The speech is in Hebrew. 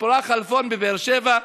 ציפורה חלפון בבאר שבע.